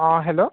অঁ হেল্ল'